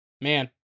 man